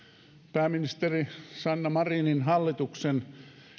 pääministeri sanna marinin hallituksen